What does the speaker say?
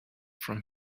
from